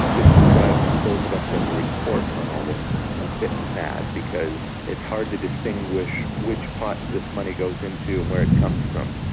this drives those of us who have to report on all this a bit mad, because it's hard to distinguish which pot this money goes into and where it comes from.